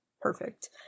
Perfect